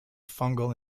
fungal